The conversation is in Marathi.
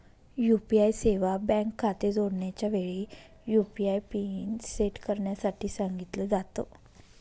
यू.पी.आय सेवा बँक खाते जोडण्याच्या वेळी, यु.पी.आय पिन सेट करण्यासाठी सांगितल जात